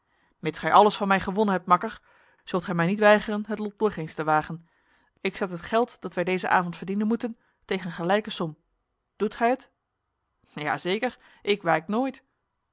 mits gij alles van mij gewonnen hebt makker zult gij mij niet weigeren het lot nog eens te wagen ik zet het geld dat wij deze avond verdienen moeten tegen gelijke som doet gij het ja zeker ik wijk nooit